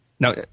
Now